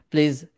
Please